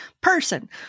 Person